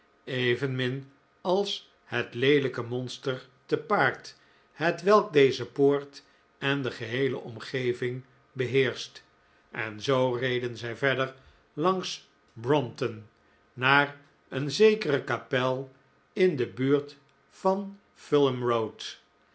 evenmin als het leelijke monster te paard hetwelk deze poort en de geheele omgeving beheerscht en zoo reden zij verder langs brompton naar een zekere kapel in de buurt van fulham road